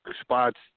spots